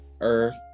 Earth